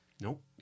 Nope